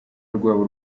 rwabo